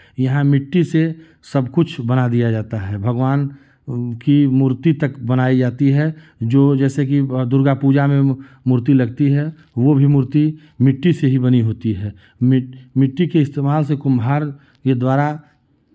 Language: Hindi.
यहाँ मिट्टी से सब कुछ बना दिया जाता है भगवान की मूर्ति तक बनाई जाती है जो जैसे कि दुर्गा पूजा में मूर्ति लगती है वो भी मूर्ति मिट्टी से ही बनी होती है मिट मिट्टी के इस्तेमाल से कुम्हार के द्वारा